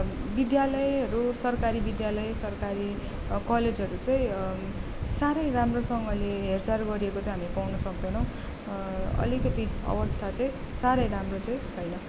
विद्यालयहरू सरकारी विद्यालय सरकारी कलेजहरू चाहिँ साह्रै राम्रोसँगले हेरचाह गरिएको चाहिँ हामी देख्न सक्दैनौँ अलिकति अवस्था चाहिँ साह्रै राम्रो चाहिँ छैन